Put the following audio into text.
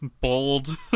bold